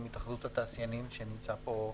התאחדות התעשיינים שנציגיה נמצאים פה.